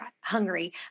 hungry